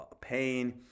pain